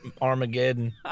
Armageddon